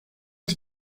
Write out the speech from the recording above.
els